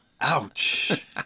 Ouch